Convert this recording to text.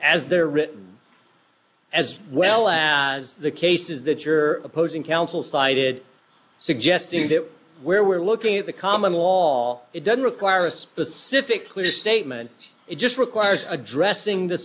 as they're written as well as the cases that your opposing counsel cited suggesting that where we're looking at the common law it doesn't require a specific clear statement it just requires addressing the